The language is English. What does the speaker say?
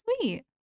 sweet